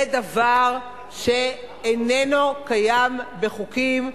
זה דבר שאיננו קיים בחוקים,